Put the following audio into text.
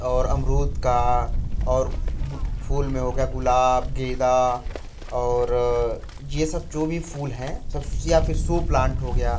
और अमरूद का और फूल में हो गया गुलाब गेंदा और ये सब जो भी फूल हैं सब या फिर सू प्लांट हो गया